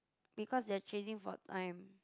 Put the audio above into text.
because they're chasing for time